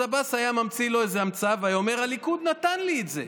אז עבאס היה ממציא לו איזו המצאה והיה אומר: הליכוד נתן לי את זה,